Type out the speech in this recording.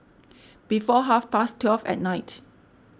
before half past twelve at night